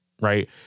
right